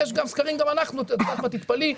תתפלאי,